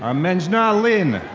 um mengjia lin.